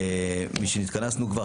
משנתכנסנו כבר,